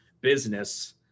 business